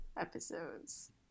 episodes